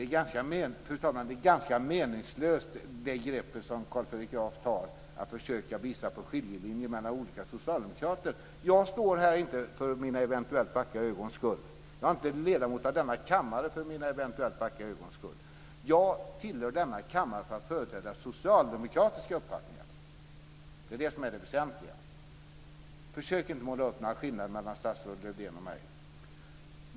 Fru talman! Det är ett ganska meningslöst grepp som Carl Fredrik Graf tar, att försöka visa på skiljelinjer mellan olika socialdemokrater. Jag står inte här för mina eventuellt vackra ögons skull. Jag är inte ledamot av denna kammare för mina eventuellt vackra ögons skull. Jag tillhör denna kammare för att företräda de socialdemokratiska uppfattningarna. Det är det väsentliga. Försök inte måla upp några skillnader mellan statsrådet Lövdén och mig!